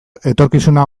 etorkizuna